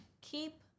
keep